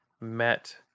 met